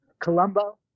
Colombo